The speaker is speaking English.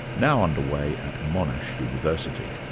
now under way at monash university.